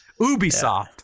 ubisoft